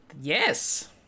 Yes